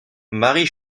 marie